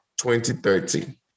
2030